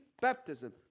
Baptism